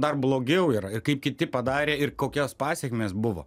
dar blogiau yra kaip kiti padarė ir kokios pasekmės buvo